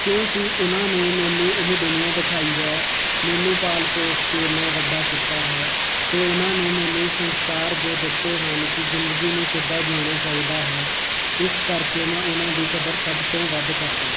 ਕਿਉਂਕਿ ਉਨ੍ਹਾਂ ਨੇ ਮੈਨੂੰ ਇਹ ਦੁਨੀਆ ਦਿਖਾਈ ਹੈ ਮੈਨੂੰ ਪਾਲ ਪੋਸ ਕੇ ਇੰਨਾ ਵੱਡਾ ਕੀਤਾ ਹੈ ਅਤੇ ਉਹਨਾਂ ਨੇ ਮੈਨੂੰ ਸੰਸਕਾਰ ਜੋ ਦਿੱਤੇ ਹਨ ਕਿ ਜ਼ਿੰਦਗੀ ਨੂੰ ਕਿੱਦਾਂ ਜਿਊਣਾ ਚਾਹੀਦਾ ਹੈ ਇਸ ਕਰਕੇ ਮੈਂ ਉਹਨਾਂ ਦੀ ਕਦਰ ਸਭ ਤੋਂ ਵੱਧ ਕਰਦਾ ਹਾਂ